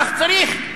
כך צריך.